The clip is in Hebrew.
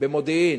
במודיעין,